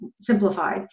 simplified